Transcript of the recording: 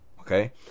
okay